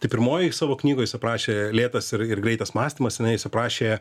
tai pirmojoj savo knygoj jis aprašė lėtas ir ir greitas mąstymas tenai jis aprašė